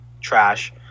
trash